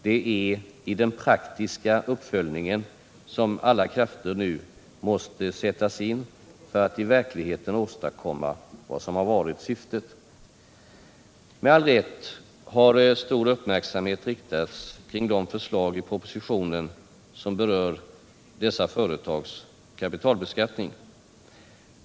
Det är i den praktiska uppföljningen som alla krafter nu måste sättas in för att i verkligheten åstadkomma vad som har varit syftet. Med all rätt har stor uppmärksamhet riktats på de förslag i propositionen som berör företagens kapitalbeskattning.